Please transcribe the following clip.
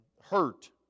hurt